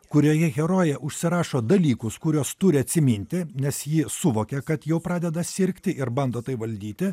kurioje herojė užsirašo dalykus kuriuos turi atsiminti nes ji suvokia kad jau pradeda sirgti ir bando tai valdyti